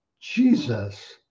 Jesus